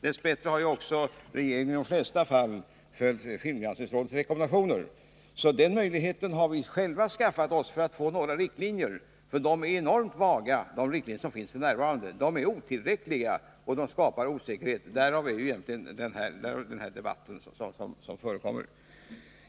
Dess bättre har ju också regeringen i de flesta fall följt filmgranskningsrådets rekommendationer. Denna möjlighet har vi alltså själva skaffat oss för att få några riktlinjer. De riktlinjer som finns f. n. är nämligen enormt vaga, de är otillräckliga och de skapar osäkerhet; därav den debatt som förekommer.